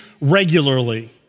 regularly